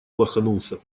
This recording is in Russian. лоханулся